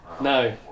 No